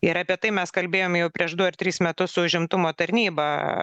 ir apie tai mes kalbėjom jau prieš du ar tris metus su užimtumo tarnyba